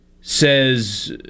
says